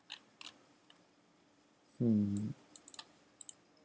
hmm